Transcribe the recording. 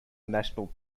national